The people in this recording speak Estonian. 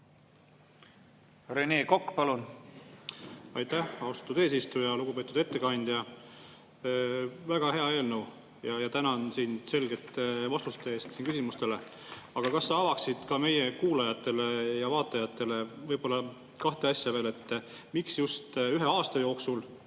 Rein Kokk, palun! Aitäh, austatud eesistuja! Lugupeetud ettekandja! Väga hea eelnõu ja tänan sind selgete vastuste eest küsimustele. Aga kas sa avaksid ka meie kuulajatele ja vaatajatele kahte asja veel? Miks just ühe aasta jooksul